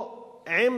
או עם